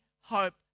hope